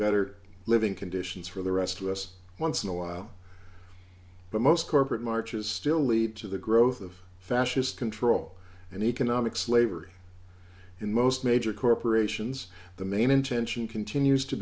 better living conditions for the rest of us once in a while but most corporate marches still lead to the growth of fascist control and economic slavery in most major corporations the main intention continues to